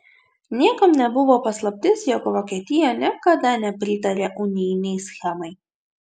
niekam nebuvo paslaptis jog vokietija niekada nepritarė unijinei schemai